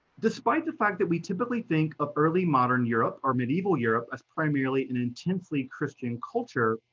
despite the fact that we typically think of early modern europe or medieval europe, as primarily an intensely christian culture,